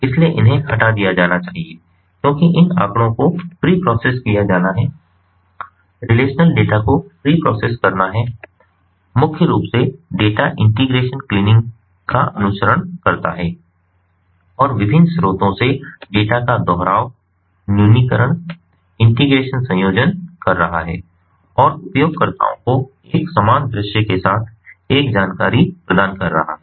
इसलिए इन्हें हटा दिया जाना चाहिए क्योंकि इन आंकड़ों को प्रीप्रोसेस किया जाना है रिलेशनल डेटा को प्रीप्रोसेस करना है मुख्य रूप से डेटा इंटीग्रेशन क्लीनिंग का अनुसरण करता है और विभिन्न स्रोतों से डेटा का दोहराव न्यूनीकरण इंटीग्रेशन संयोजन कर रहा है और उपयोगकर्ताओं को एक समान दृश्य के साथ एक जानकारी प्रदान कर रहा है